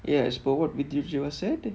ya as per what said and